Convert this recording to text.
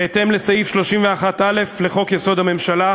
בהתאם לסעיף 31(א) לחוק-יסוד: הממשלה,